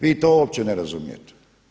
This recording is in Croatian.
Vi to uopće ne razumijete.